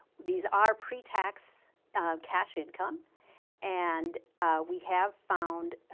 these are pre-tax cash income and we have found